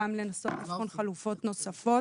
גם לנסות לבחון חלופות נוספות.